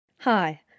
Hi